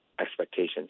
expectations